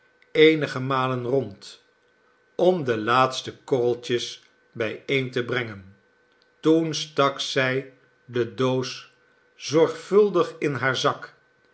eenige malen rond om de laatste korreltjes bijeen te brengen toen stak zij de doos zorgvuldig in haar zak